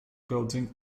building